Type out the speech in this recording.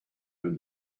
own